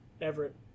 Everett